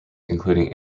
including